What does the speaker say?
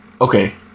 Okay